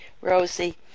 Rosie